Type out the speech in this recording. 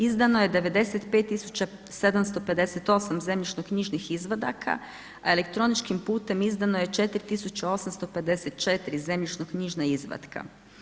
Izdano je 95 758 zemljišnoknjižnih izvadaka, elektroničkim putem izdano je 4 854 zemljišnoknjižna izvatka.